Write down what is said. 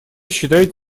считает